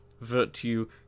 virtue